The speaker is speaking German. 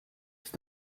ist